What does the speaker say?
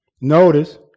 Notice